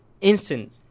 instant